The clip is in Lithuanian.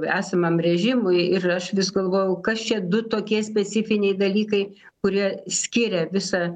esamam režimui ir aš vis galvojau kas čia du tokie specifiniai dalykai kurie skiria visą